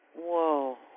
Whoa